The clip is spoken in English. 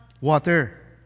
water